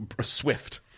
swift